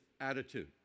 attitude